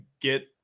get